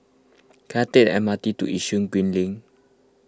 can I take M R T to Yishun Green Link